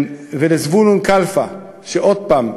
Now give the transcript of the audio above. ולזבולון קלפה, שעוד פעם,